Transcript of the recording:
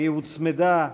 היא הוצמדה,